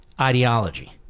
ideology